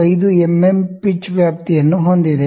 5 MM pitch ವ್ಯಾಪ್ತಿಯನ್ನು ಹೊಂದಿದೆ